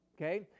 Okay